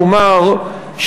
לומר,